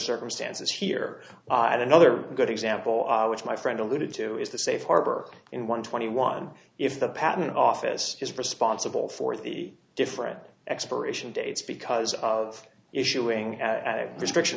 circumstances here i had another good example which my friend alluded to is the safe harbor in one twenty one if the patent office is responsible for the different expiration dates because of issuing as a restriction